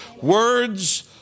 Words